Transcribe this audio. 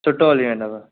सुठो हली वेंदुव